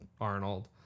Arnold